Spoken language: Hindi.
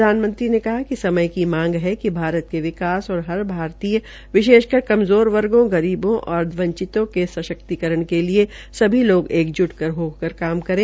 प्रधानमंत्री ने कहा कि समय की मांग है कि भारत के विकास और हर भारतीय विशेषकर कमज़ोर वर्गो गरीबों और वंचितों के सशक्तिकरण के लिए सभी लोग एकज्ट होकर काम करें